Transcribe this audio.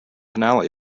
finale